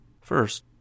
First